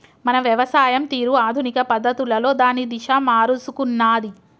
మన వ్యవసాయం తీరు ఆధునిక పద్ధతులలో దాని దిశ మారుసుకున్నాది